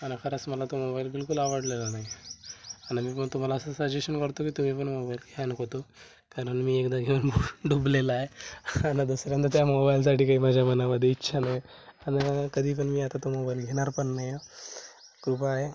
आणि खरंच मला तो मोबाईल बिलकुल आवडलेला नाही आहे आणि मी पण तुम्हाला असं सजेशन करतो की तुम्ही पण मोबाईल घ्या नको तो कारण मी एकदा घेऊन डुबलेला आहे आणि दुसऱ्यांदा त्या मोबाईलसाठी काही माझ्या मनामध्ये इच्छा नाही आणि कधी पण मी आता तो मोबाईल घेणार पण नाही कृपा आहे